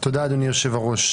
תודה, אדוני היושב-ראש.